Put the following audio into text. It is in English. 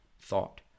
thought